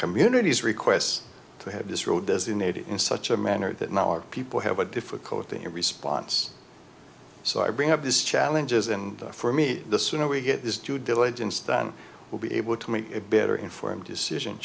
communities requests to have this road designated in such a manner that not our people have a difficulty in response so i bring up this challenges and for me the sooner we get this due diligence done we'll be able to make it better informed decision